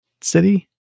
city